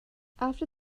after